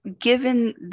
given